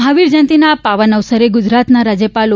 મહાવીર જયંતિના પાવન અવસરે ગુજરાતના રાજ્યપાલ ઓ